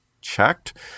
checked